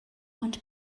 und